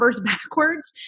backwards